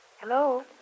Hello